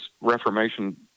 reformation